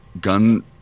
gun